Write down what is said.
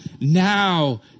now